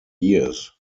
years